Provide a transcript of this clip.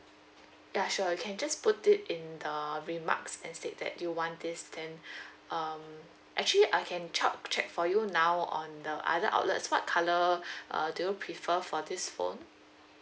ya sure you can just put it in the remarks and state that you want this then um actually I can chop check for you now on the other outlets what colour uh do you prefer for this phone